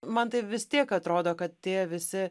man tai vis tiek atrodo kad tie visi